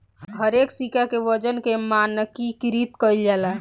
हरेक सिक्का के वजन के मानकीकृत कईल जाला